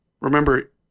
Remember